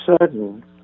sudden